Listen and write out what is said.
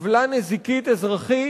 עוולה נזיקית אזרחית,